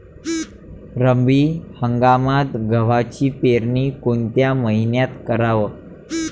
रब्बी हंगामात गव्हाची पेरनी कोनत्या मईन्यात कराव?